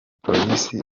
polisi